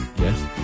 Yes